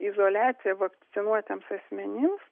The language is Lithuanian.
izoliacija vakcinuotiems asmenims